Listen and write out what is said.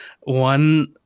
one